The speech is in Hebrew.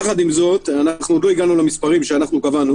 יחד עם זאת, לא הגענו למספרים שקבענו.